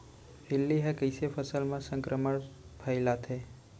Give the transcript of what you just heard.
इल्ली ह कइसे फसल म संक्रमण फइलाथे?